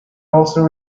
also